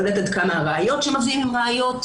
יודעת עד כמה הראיות שמביאים הן ראיות.